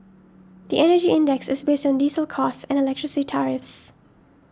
the Energy Index is based on diesel costs and electricity tariffs